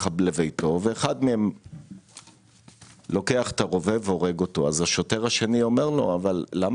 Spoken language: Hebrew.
אבל הם כותבים בחוזים ובמכרזים שלהם נתונים שהם יודעים